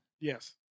yes